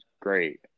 great